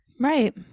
Right